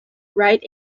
write